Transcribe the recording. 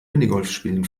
minigolfspielen